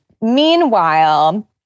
meanwhile